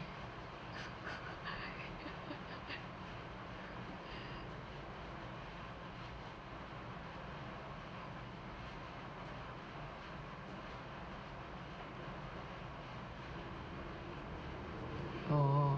oh